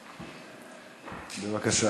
בבקשה.